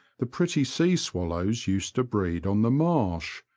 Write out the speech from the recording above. the pretty sea swallows used to breed on the marsh,